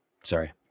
Sorry